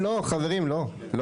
חברים, לא.